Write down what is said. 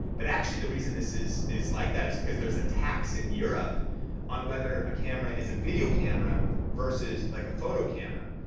but actually the reason this is is like that is because there's a tax in europe on whether a camera is a video camera versus like a photo camera.